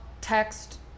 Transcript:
text